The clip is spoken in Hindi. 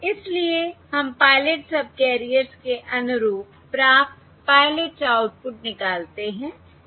इसलिए हम पायलट सबकैरियर्स के अनुरूप प्राप्त पायलट आउटपुट निकालते हैं